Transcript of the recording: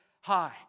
high